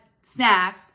snack